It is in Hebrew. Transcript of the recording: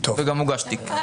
וגם הוגש תיק.